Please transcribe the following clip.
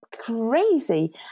crazy